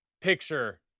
picture